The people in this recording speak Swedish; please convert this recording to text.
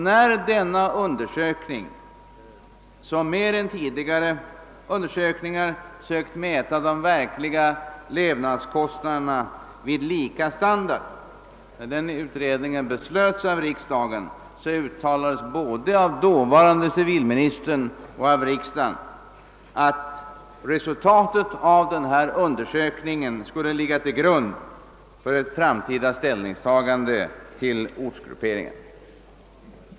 När denna undersökning, som mera ingående än tidigare undersökningar sökt mäta de verkliga levnadskostnaderna vid lika standard, beslöts av riksdagen, uttalades både av dåvarande civilministern och av riksdagen att resultatet av undersökningen skulle ligga till grund för framtida ställningstaganden till ortsgrupperingen.